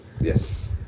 Yes